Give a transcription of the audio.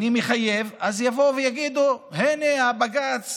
אני מחייב, אז יבואו ויגידו: הינה, הבג"ץ